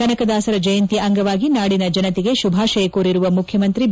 ಕನಕದಾಸರ ಜಯಂತಿ ಅಂಗವಾಗಿ ನಾಡಿನ ಜನತೆಗೆ ಶುಭಾಶಯ ಕೋರಿರುವ ಮುಖ್ಯಮಂತ್ರಿ ಬಿ